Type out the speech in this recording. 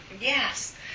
Yes